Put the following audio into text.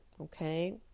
okay